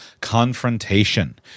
confrontation